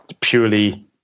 purely